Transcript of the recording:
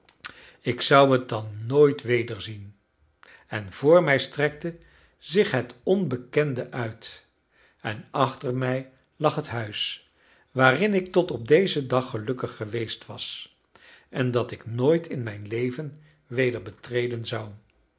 ik zou het dan nooit wederzien en vr mij strekte zich het onbekende uit en achter mij lag het huis waarin ik tot op dezen dag gelukkig geweest was en dat ik nooit in mijn leven weder betreden zou